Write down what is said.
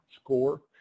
score